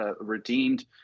redeemed